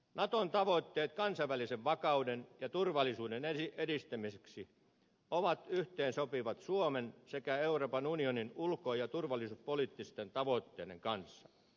naton tavoitteet kansainvälisen vakauden ja turvallisuuden edistämiseksi ovat yhteensopivat suomen sekä euroopan unionin ulko ja turvallisuuspoliittisten tavoitteiden kanssa